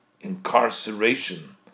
incarceration